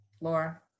Laura